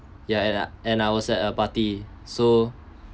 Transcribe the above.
yeah and I and I was at a party so